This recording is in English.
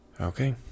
Okay